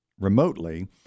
remotely